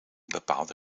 bepaalde